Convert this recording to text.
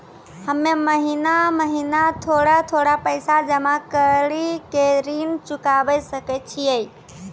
हम्मे महीना महीना थोड़ा थोड़ा पैसा जमा कड़ी के ऋण चुकाबै सकय छियै?